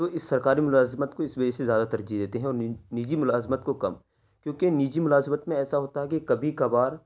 تو اس سرکاری ملازمت کو اس وجہ سے زیادہ ترجیح دیتے ہیں اور نجی ملازمت کو کم کیونکہ نجی ملازمت میں ایسا ہوتا ہے کہ کبھی کبھار